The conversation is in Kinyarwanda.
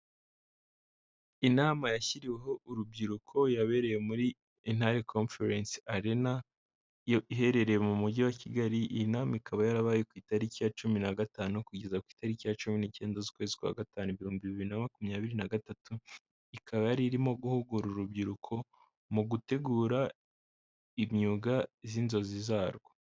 Inama yashyiriweho urubyiruko, yabereye muri intare konferense Arena, iherereye mu mujyi wa Kigali inama ikaba yarabaye ku itariki ya cumi na gatanu kugeza ku itariki ya cumi n'icyenda z'ukwezi kwa gatanu ibihumbi bibiri na makumyabiri n'agatatu, ikaba yari irimo guhugura urubyiruko, mu gutegura imyuga z'inzozi zarwo.